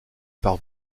par